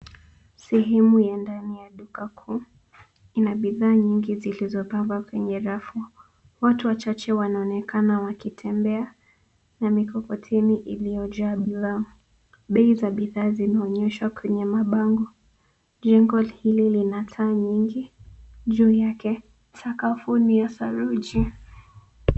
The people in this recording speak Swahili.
Sehemu ya ndani ya duka kuu. Ina bidhaa nyingi zilizopangwa kwenye rafu. Watu wachache wanaonekana wakitembea na mikokoteni iliyojaa bidhaa. Bei za bidhaa zinaonyeshwa kwenye mabango. Jengo hili lina taa nyingi. Juu yake sakafu ni ya saruji.